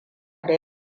da